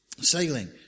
sailing